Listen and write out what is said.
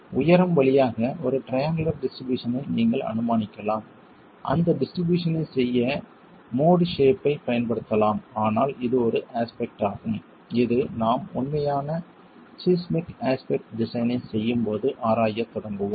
உயரம் வழியாக ஒரு ட்ரையங்குளர் டிஸ்ட்ரிபியூஷன் ஐ நீங்கள் அனுமானிக்கலாம் அந்த டிஸ்ட்ரிபியூஷன் ஐ செய்ய மோடு சேப் ஐ பயன்படுத்தலாம் ஆனால் இது ஒரு அஸ்பெக்ட் ஆகும் இது நாம் உண்மையான சீஸ்மிக் அஸ்பெக்ட் டிசைன் ஐச் செய்யும்போது ஆராயத் தொடங்குவோம்